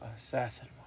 Assassin